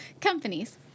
Companies